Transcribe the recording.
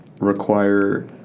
require